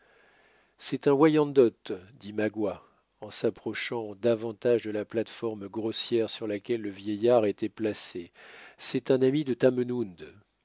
c'est un wyandot dit magua en s'approchant davantage de la plate-forme grossière sur laquelle le vieillard était placé c'est un ami de